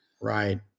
Right